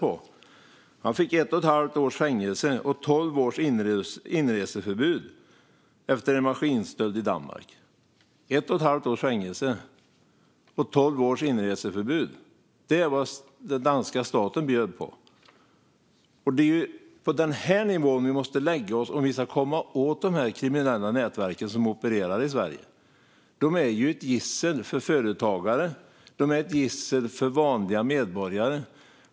Föraren fick ett och ett halvt års fängelse och tolv års inreseförbud, efter en maskinstöld i Danmark. Ett och ett halvt års fängelse och tolv års inreseförbud är vad den danska staten bjöd på. Det är på den nivån vi måste lägga oss om vi ska komma åt de kriminella nätverken som opererar i Sverige. De är ett gissel för företagare. De är ett gissel för vanliga medborgare.